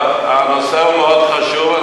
הנושא הוא מאוד חשוב.